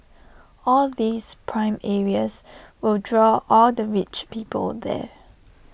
all these prime areas will draw all the rich people there